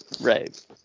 Right